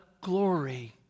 glory